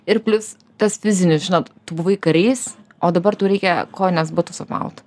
ir plius tas fizinis žinot tu buvai karys o dabar tau reikia kojines batus apmaut